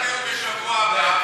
נדחה את הדיון לשבוע הבא,